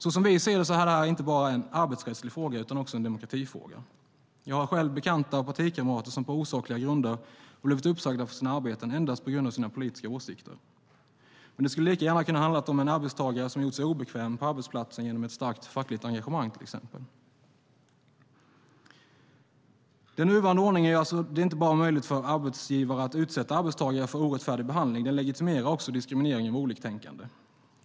Som vi ser det är detta inte bara en arbetsrättslig fråga utan också en demokratifråga. Jag har själv bekanta och partikamrater som på osakliga grunder har blivit uppsagda från sina arbeten endast på grund av sina politiska åsikter. Det skulle lika gärna ha kunnat handla om en arbetstagare som gjort sig obekväm på arbetsplatsen genom ett starkt fackligt engagemang, till exempel. Den nuvarande ordningen gör det alltså inte bara möjligt för arbetsgivare att utsätta arbetstagare för orättfärdig behandling utan legitimerar också diskriminering av oliktänkande.